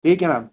ठीक है मैम